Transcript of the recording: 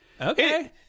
okay